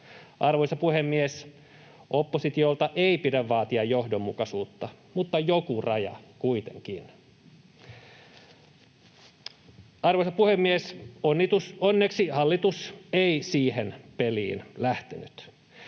Arvoisa puhemies, oppositiolta ei pidä vaatia johdonmukaisuutta, mutta joku raja kuitenkin. Arvoisa puhemies! Onneksi hallitus ei siihen peliin lähtenyt.